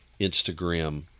Instagram